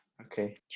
Okay